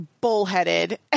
bullheaded